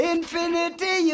Infinity